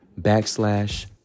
backslash